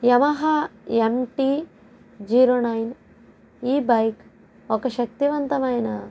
Yamaha MT zero nine ఈ bike ఒక శక్తివంతమైన